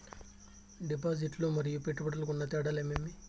డిపాజిట్లు లు మరియు పెట్టుబడులకు ఉన్న తేడాలు ఏమేమీ?